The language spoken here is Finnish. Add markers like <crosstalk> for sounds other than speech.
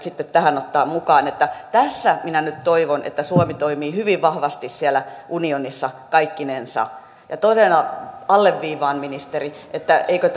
<unintelligible> sitten tähän ottaa mukaan että tässä minä nyt toivon että suomi toimii hyvin vahvasti siellä unionissa kaikkinensa ja todella alleviivaan ministeri että eikö <unintelligible>